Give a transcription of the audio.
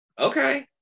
Okay